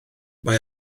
mae